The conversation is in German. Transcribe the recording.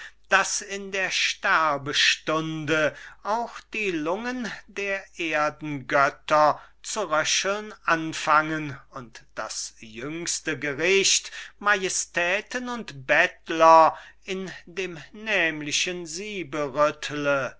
daß in der sterbestunde auch die lungen der erdengötter zu röcheln anfangen und das jüngste gericht majestäten und bettler in dem nämlichen siebe rüttelt sie